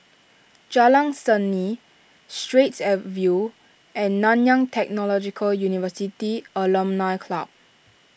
Jalan Seni Straits View and Nanyang Technological University Alumni Club